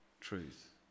truth